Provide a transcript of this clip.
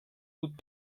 gut